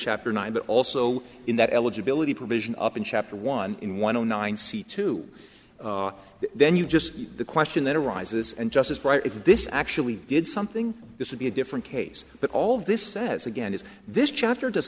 chapter nine but also in that eligibility provision up in chapter one in one o nine c two then you just the question that arises and just as right if this actually did something this would be a different case but all this says again is this chatter does